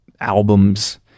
albums